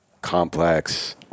complex